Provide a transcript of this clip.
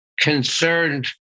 concerned